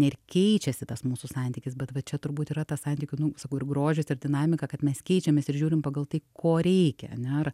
ir keičiasi tas mūsų santykis bet va čia turbūt yra tas santykių nu sakau ir grožis ta dinamika kad mes keičiamės ir žiūrim pagal tai ko reikia ane ar